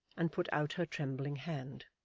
and put out her trembling hand.